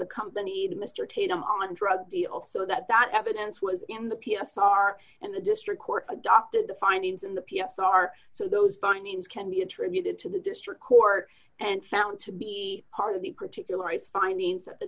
accompanied mr tatum on a drug deal so that that evidence was in the p s r and the district court adopted the findings in the p s r so those findings can be attributed to the district court and found to be part of the particular findings that the